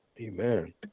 amen